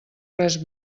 res